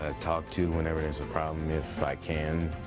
ah talk to whenever there's a problem, if i can,